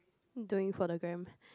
doing for the gram